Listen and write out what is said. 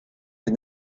des